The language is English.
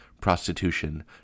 prostitution